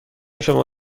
شما